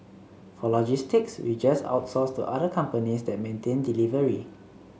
for logistics we just outsource to other companies that maintain delivery